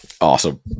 Awesome